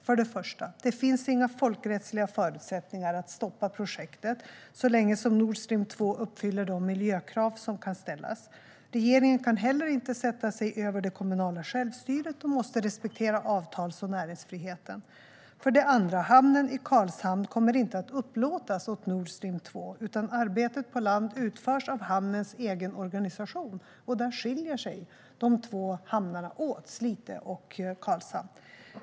För det första finns det inga folkrättsliga förutsättningar att stoppa projektet så länge Nord Stream 2 uppfyller de miljökrav som kan ställas. Regeringen kan heller inte sätta sig över det kommunala självstyret och måste respektera avtals och näringsfriheten. För det andra kommer inte hamnen i Karlshamn att upplåtas åt Nord Stream 2, utan arbetet på land utförs av hamnens egen organisation. Där skiljer sig de två hamnarna, Slite och Karlshamn, åt.